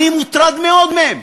אני מוטרד מאוד מהם.